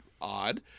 odd